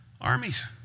armies